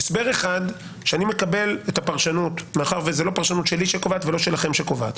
1. מאחר שזאת לא הפרשנות שלי שקובעת ולא שלכם שקובעת,